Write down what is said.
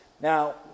Now